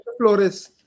Flores